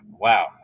wow